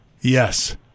Yes